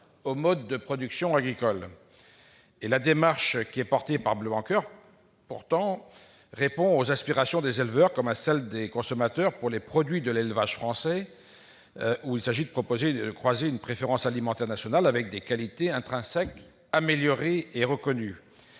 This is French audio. au mode de production agricole. La démarche portée par Bleu-Blanc-Coeur répond pourtant aux aspirations des éleveurs comme à celles des consommateurs pour les produits de l'élevage français ; il s'agit de croiser une préférence alimentaire nationale avec des qualités intrinsèques améliorées et reconnues.